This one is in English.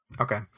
Okay